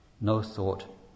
no-thought